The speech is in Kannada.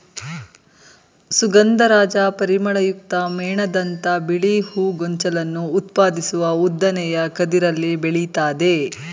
ಸುಗಂಧರಾಜ ಪರಿಮಳಯುಕ್ತ ಮೇಣದಂಥ ಬಿಳಿ ಹೂ ಗೊಂಚಲನ್ನು ಉತ್ಪಾದಿಸುವ ಉದ್ದನೆಯ ಕದಿರಲ್ಲಿ ಬೆಳಿತದೆ